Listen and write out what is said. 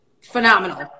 phenomenal